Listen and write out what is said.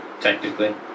technically